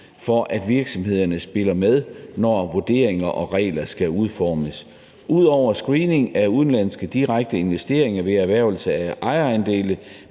for, at virksomhederne spiller med, når vurderinger og regler skal udformes. Udover screening af udenlandske direkte investeringer ved erhvervelse af ejerandele